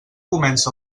comença